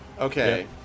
Okay